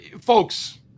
Folks